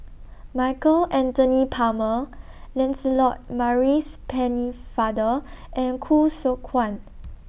Michael Anthony Palmer Lancelot Maurice Pennefather and Khoo Seok Wan